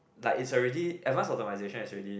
like is already advanced optimisation is already